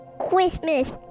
Christmas